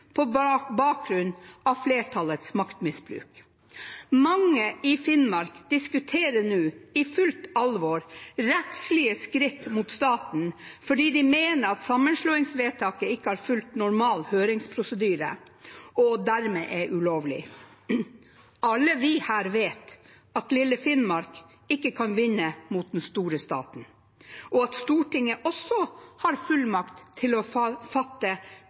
på bakgrunn av flertallets maktmisbruk. Mange i Finnmark diskuterer nå i fullt alvor rettslige skritt mot staten fordi de mener at sammenslåingsvedtaket ikke har fulgt normal høringsprosedyre og dermed er ulovlig. Alle her vet at lille Finnmark ikke kan vinne mot den store staten, og at Stortinget også har fullmakt til å